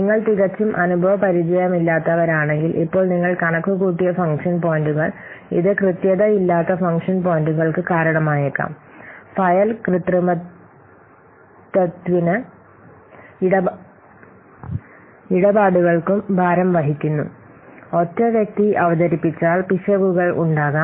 നിങ്ങൾ തികച്ചും അനുഭവപരിചയമില്ലാത്തവരാണെങ്കിൽ ഇപ്പോൾ നിങ്ങൾ കണക്കുകൂട്ടിയ ഫംഗ്ഷൻ പോയിന്റുകൾ ഇത് കൃത്യതയില്ലാത്ത ഫംഗ്ഷൻ പോയിന്റുകൾക്ക് കാരണമായേക്കാം ഫയൽ കൃത്രിമത്വത്തിനും ഇടപാടുകൾക്കും ഭാരം വഹിക്കുന്നു ഒറ്റ വ്യക്തി അവതരിപ്പിച്ചാൽ പിശകുകൾ ഉണ്ടാകാം